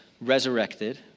resurrected